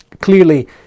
Clearly